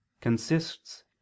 consists